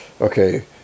okay